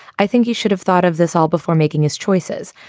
i think he should have thought of this all before making his choices.